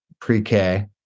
pre-K